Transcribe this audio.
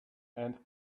and